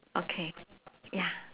okay ya